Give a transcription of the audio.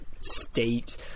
State